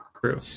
true